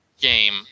game